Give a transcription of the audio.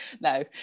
No